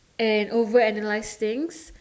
and over analyse things